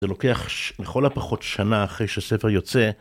זה לוקח מכל הפחות שנה אחרי שהספר יוצא.